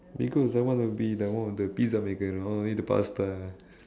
because I want to be the one of the pizza maker and I'll eat the pasta